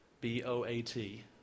B-O-A-T